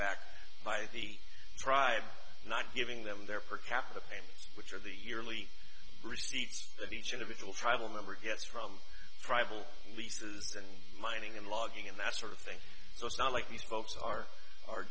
back by the tribe not giving them their per capita payments which are the yearly receipts the beach individual tribal member gets from tribal leases and mining and logging and that sort of thing so it's not like these folks are are